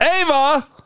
Ava